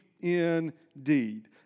indeed